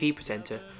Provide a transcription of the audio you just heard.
presenter